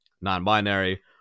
non-binary